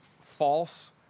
false